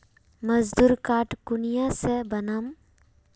मजदूर कार्ड कुनियाँ से बनाम?